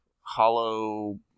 hollow